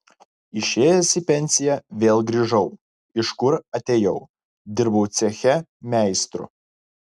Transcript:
išėjęs į pensiją vėl grįžau iš kur atėjau dirbau ceche meistru